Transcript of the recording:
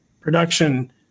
production